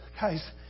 Guys